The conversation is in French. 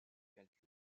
calcul